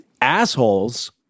assholes